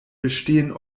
bestehen